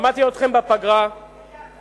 שמעתי אתכם בפגרה, יחד,